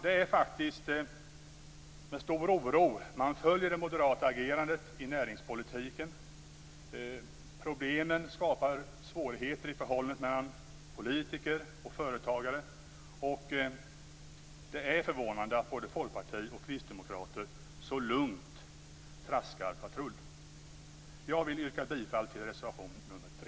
Det är faktiskt med stor oro man följer det moderata agerandet i näringspolitiken. Problemet är att det skapar svårigheter i förhållandet mellan politiker och företagare. Det är förvånande att både Folkpartiet och Kristdemokraterna så lugnt traskar patrull. Jag vill yrka bifall till reservation nr 3.